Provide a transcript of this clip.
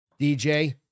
DJ